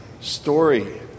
story